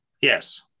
yes